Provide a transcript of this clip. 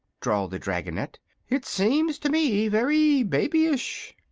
drawled the dragonette it seems to me very babyish.